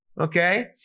okay